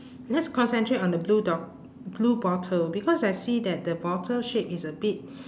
let's concentrate on the blue dog blue bottle because I see that the bottle shape is a bit